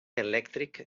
elèctric